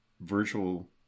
virtual